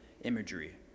imagery